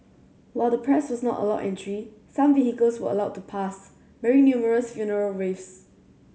while the press was not allowed entry some vehicles were allowed to pass bearing numerous funeral wreaths